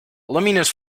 luminous